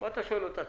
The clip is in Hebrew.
מה אתה שואל אותה?